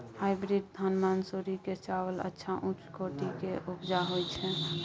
Hybrid धान मानसुरी के चावल अच्छा उच्च कोटि के उपजा होय छै?